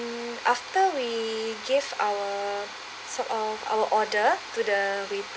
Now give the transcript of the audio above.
after we gave our sort of our order to the waiter